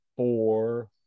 Four